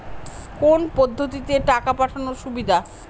কোন পদ্ধতিতে টাকা পাঠানো সুবিধা?